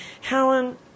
Helen